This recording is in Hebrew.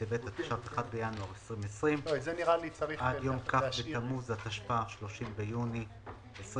בטבת התש"ף (1 בינואר 2020) עד יום כ' בתמוז התשפ"א (30 ביוני 2021),